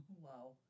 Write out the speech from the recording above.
Wow